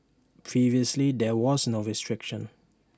previously there was no restriction